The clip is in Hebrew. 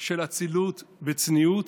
של אצילות וצניעות